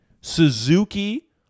Suzuki